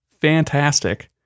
fantastic